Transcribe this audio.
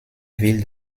ville